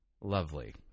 Lovely